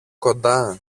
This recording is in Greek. κοντά